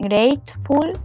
Grateful